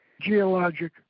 geologic